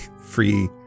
free